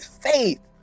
faith